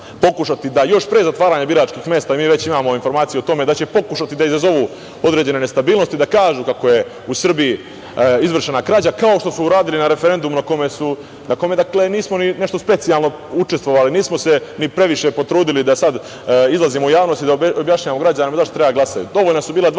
da će pokušati da izazovu određene nestabilnosti, da kažu kako je u Srbiji izvršena krađa kao što su uradili na referendumu na kome nismo ni nešto specijalno ni učestvovali, nismo se ni previše potrudili da sada izlazimo u javnosti i da objašnjavamo građanima zašto treba da glasaju.